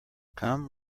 come